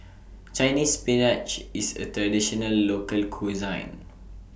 Chinese Spinach IS A Traditional Local Cuisine